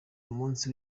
umunsi